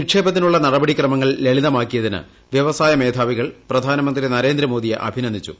നിക്ഷേപത്തിനുള്ള നടപടി ക്രമങ്ങൾ ലളിതമാക്കിയതിന് വ്യവസായ മേധാവികൾ പ്രധാനമന്ത്രി നരേന്ദ്രമോദിയെഅഭിനന്ദിച്ചു